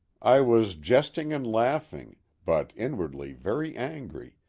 i was jesting and laughing, but inwardly very angry,